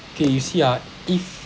okay you see ah if